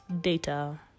Data